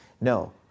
No